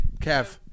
Kev